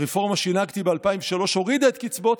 הרפורמה שהנהגתי ב-2003 הורידה את קצבאות